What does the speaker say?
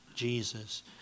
Jesus